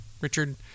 Richard